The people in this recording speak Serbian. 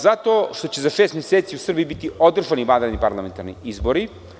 Zato što će za šest meseci u Srbiji biti održani vanredni parlamentarni izbori.